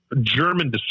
German